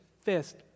fist